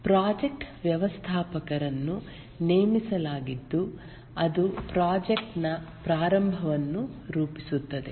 project ವ್ಯವಸ್ಥಾಪಕರನ್ನು ನೇಮಿಸಲಾಗಿದ್ದು ಅದು ಪ್ರಾಜೆಕ್ಟ್ ನ ಪ್ರಾರಂಭವನ್ನು ರೂಪಿಸುತ್ತದೆ